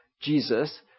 Jesus